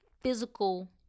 physical